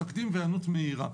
והיענות מהירה.